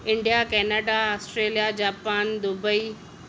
India Canada Australia Japan Dubai